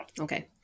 Okay